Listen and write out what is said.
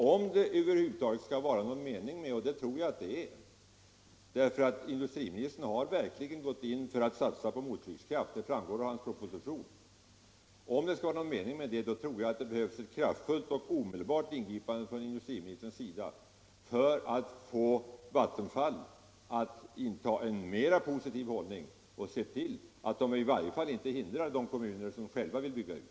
Om det över huvud taget skall vara någon mening med att satsa på mottryckskraft - och det tror jag att det är, för industriministern har verkligen gått in för det; det framgår av hans proposition — behövs det ett kraftfullt och omedelbart ingripande från industriministerns sida för att få Vattenfall att inta en mer positiv hållning och se till att Vattenfall i varje fall inte hindrar de kommuner som själva vill bygga ut.